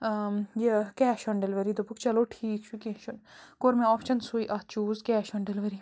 یہِ cash on delivery دوٚپُکھ چَلو ٹھیٖک چھُ کیٚنہہ چھُنہٕ کوٚر مےٚ آپشَن سُے اَتھ چوٗز کیش آن ڈِلؤری